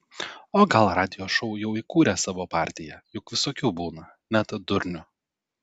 o gal radijo šou jau įkūrė savo partiją juk visokių būna net durnių